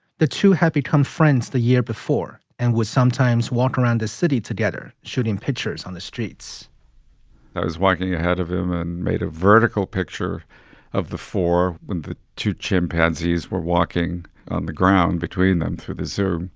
the two had become friends. the year before and was sometimes walk around the city together, shooting pictures on the streets i was walking ahead of him and made a vertical picture of the four when the two chimpanzees were walking on the ground between them through the zoo.